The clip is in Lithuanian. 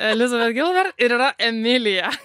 elizabet gilber ir yra emilija